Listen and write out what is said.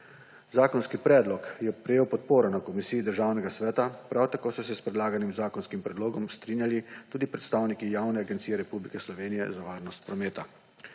Zakonski predlog je prejel podporo na komisiji Državnega sveta, prav tako so se s predlaganim zakonskim predlogom strinjali tudi predstavniki Javne agencije Republike Slovenije za varnost prometa.